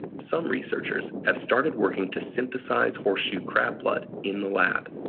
some researchers have started working to synthesize horseshoe crab blood in the lab.